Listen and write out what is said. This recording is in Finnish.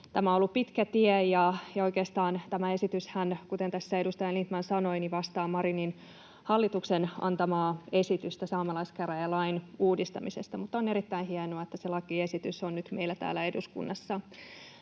Tämä on ollut pitkä tie, ja oikeastaan tämä esityshän, kuten tässä edustaja Lindtman sanoi, vastaa Marinin hallituksen antamaa esitystä saamelaiskäräjälain uudistamisesta, mutta on erittäin hienoa, että se lakiesitys on nyt meillä täällä eduskunnassa.